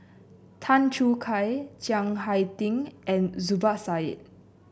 Tan Choo Kai Chiang Hai Ding and Zubir Said